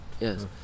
yes